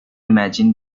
imagine